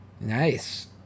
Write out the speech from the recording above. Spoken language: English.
Nice